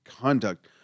conduct